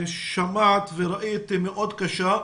שמעת וראית שתמונת המצב מאוד קשה.